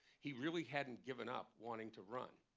he really hadn't given up wanting to run.